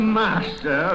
master